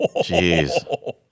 Jeez